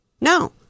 No